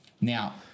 Now